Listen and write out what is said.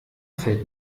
fällt